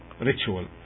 ritual